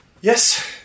yes